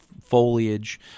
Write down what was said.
Foliage